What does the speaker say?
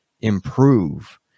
improve